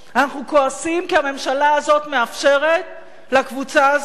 אנחנו כועסים כי הממשלה הזאת מאפשרת לקבוצה הזאת